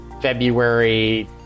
February